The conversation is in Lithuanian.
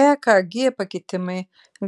ekg pakitimai